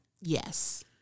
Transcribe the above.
Yes